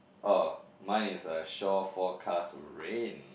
oh mine is a shore forecast rain